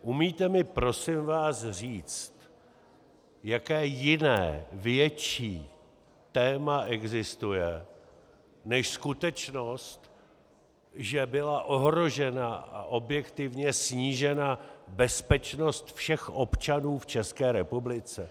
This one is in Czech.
Umíte mi, prosím vás, říct, jaké jiné větší téma existuje než skutečnost, že byla ohrožena a objektivně snížena bezpečnost všech občanů v České republice?